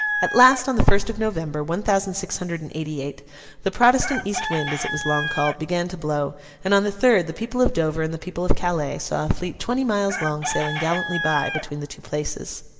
at last, on the first of november, one thousand six hundred and eighty-eight, the protestant east wind, as it was long called, began to blow and on the third, the people of dover and the people of calais saw a fleet twenty miles long sailing gallantly by, between the two places.